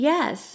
Yes